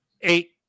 eight